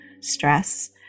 stress